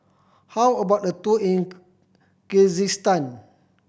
how about a tour in Kyrgyzstan